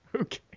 Okay